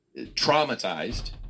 traumatized